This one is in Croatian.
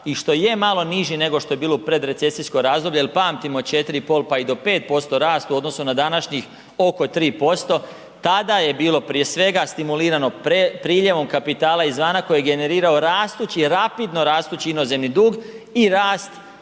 i što je malo niži nego što je bilo u pred recesijsko razdoblje jel pamtimo 4,5 pa i do 5% rast u odnosu na današnjih oko 3%, tada je bilo prije svega stimulirano priljevom kapitala iz vana koji je generirao rasteći, rapidno rastući inozemni dug i rast